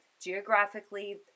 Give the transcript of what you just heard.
geographically